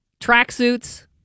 Tracksuits